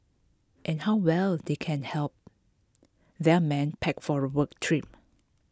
and how well they can help their men pack for a work trip